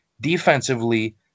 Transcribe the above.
defensively